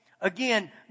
Again